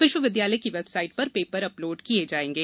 विश्वविद्यालय की वेबसाइट पर पेपर अपलोड किये जाएंगे